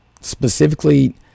specifically